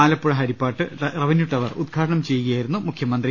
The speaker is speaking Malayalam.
ആലപ്പുഴ ഹരിപ്പാട് റവന്യൂ ടവർ ഉദ്ഘാടനം ചെയ്യുക യായിരുന്നു മുഖ്യമന്ത്രി